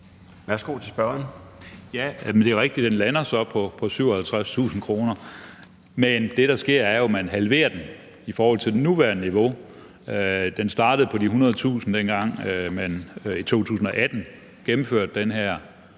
Peter Skaarup (DD): Det er rigtigt, at den så lander på 57.000 kr., men det, der sker, er jo, at man halverer den i forhold til det nuværende niveau. Den startede på de 100.000 kr. dengang i 2018, da man gennemførte den her